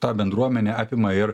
ta bendruomenę apima ir